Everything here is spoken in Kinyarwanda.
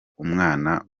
umwana